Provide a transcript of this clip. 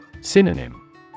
Synonym